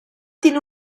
tiene